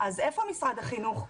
אז איפה משרד החינוך?